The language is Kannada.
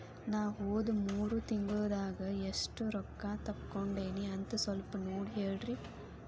ನಾ ಹೋದ ಮೂರು ತಿಂಗಳದಾಗ ಎಷ್ಟು ರೊಕ್ಕಾ ತಕ್ಕೊಂಡೇನಿ ಅಂತ ಸಲ್ಪ ನೋಡ ಹೇಳ್ರಿ